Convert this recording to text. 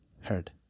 heard